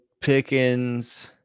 Pickens